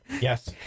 yes